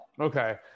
Okay